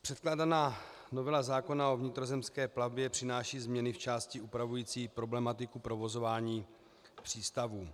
Předkládaná novela zákona o vnitrozemské plavbě přináší změny v části upravující problematiku provozování přístavů.